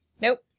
Nope